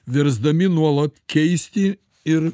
versdami nuolat keisti ir